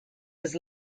was